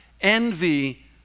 envy